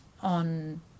on